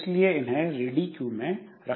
इसलिए इन्हें ready queue में रखा जाता है